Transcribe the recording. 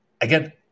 Again